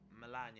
Melania